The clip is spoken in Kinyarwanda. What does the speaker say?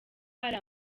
hari